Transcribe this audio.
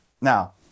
Now